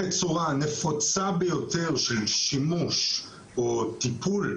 התצורה הנפוצה ביותר של שימוש או טיפול,